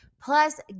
plus